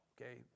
okay